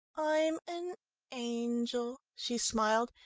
i'm an angel, she smiled,